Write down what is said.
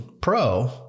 pro